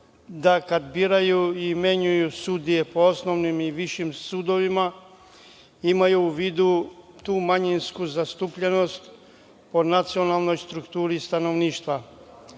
da kada biraju i menjaju sudije po osnovnim i višim sudovima imaju u vidu tu manjinsku zastupljenost po nacionalnoj strukturi stanovništava.